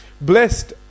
Blessed